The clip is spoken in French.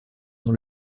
dans